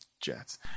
Jets